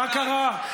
מה קרה?